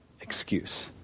Excuse